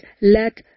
let